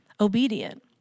obedient